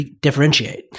differentiate